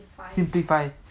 simplify